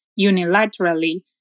unilaterally